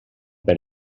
per